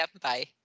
bye